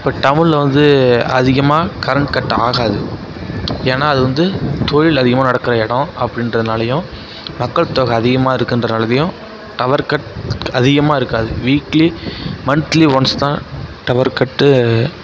இப்போ டவுனில் வந்து அதிகமாக கரண்ட் கட் ஆகாது ஏன்னா அது வந்து தொழில் அதிகமாக நடக்கிற எடம் அப்படின்றதுனாலேயும் மக்கள் தொகை அதிகமாக இருக்கின்றதனாலேயும் டவர் கட் அதிகமாக இருக்காது வீக்லி மன்த்லி ஒன்ஸ் தான் டவர் கட்